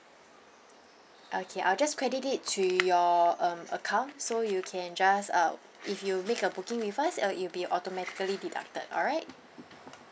okay I'll just credited to your um account so you can just uh if you make a booking with us uh it will be automatically deducted alright